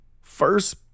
First